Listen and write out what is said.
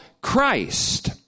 Christ